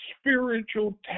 spiritual